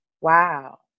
Wow